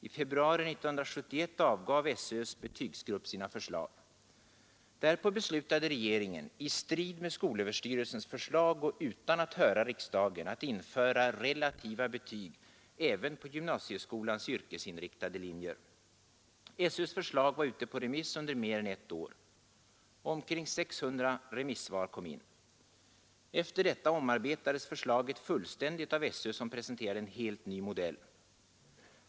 I februari 1971 avgav SÖ:s betygsgrupp sina förslag. Därpå beslutade regeringen — i strid med skolöverstyrelsens förslag och utan att höra riksdagen — att införa relativa betyg även på gymnasieskolans yrkesinriktade linjer. SÖs förslag var ute på remiss under mer än ett år. Omkring 600 remissvar kom in. Efter detta omarbetades förslaget fullständigt av SÖ, som presenterade en helt ny modell.